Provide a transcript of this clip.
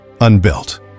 unbuilt